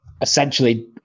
essentially